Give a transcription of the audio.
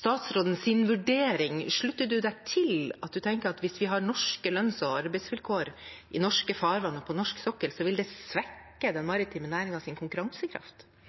statsrådens vurdering: Slutter hun seg til det, tenker hun at hvis vi har norske lønns- og arbeidsvilkår i norske farvann og på norsk sokkel, vil det svekke den maritime næringens konkurransekraft?